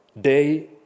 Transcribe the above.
Day